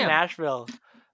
Nashville